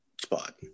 spot